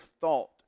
thought